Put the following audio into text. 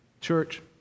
Church